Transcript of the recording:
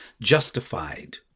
justified